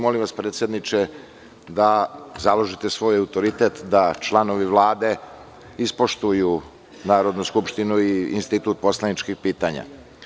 Molim vas, predsedniče, da založite svoj autoritet da članovi Vlade ispoštuju Narodnu skupštinu i institut poslaničkih pitanja.